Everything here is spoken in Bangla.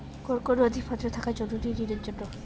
কোন কোন নথিপত্র থাকা জরুরি ঋণের জন্য?